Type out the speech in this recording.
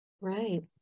Right